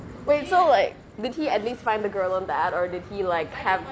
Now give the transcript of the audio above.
wait so like that he at least find a girl in that or did he like have